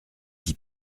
qui